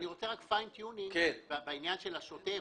אני רוצה כוונון עדין בעניין של התשלום השוטף.